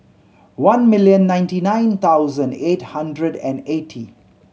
one million ninety nine thousand eight hundred and eighty